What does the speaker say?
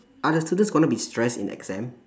are the students gonna be stress in exam